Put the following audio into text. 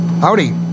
howdy